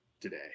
today